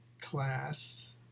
class